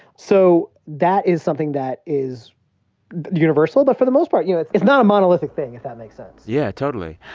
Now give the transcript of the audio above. so that is something that is universal. but for the most part, you know, it's not a monolithic thing, if that makes sense yeah, totally.